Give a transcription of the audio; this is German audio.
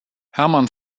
hermann